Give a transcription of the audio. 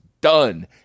done